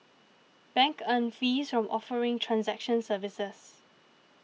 banks earn fees from offering transaction services